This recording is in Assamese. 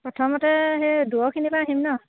প্ৰথমতে সেই দূৰৰখিনিৰপৰা আহিম ন